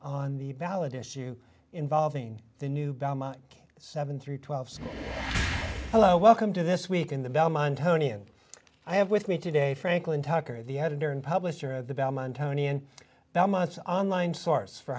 on the ballot issue involving the new bama seven through twelve say hello welcome to this week in the belmont tony and i have with me today franklin tucker the editor and publisher of the bellman tony and now much online source for